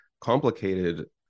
complicated